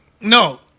no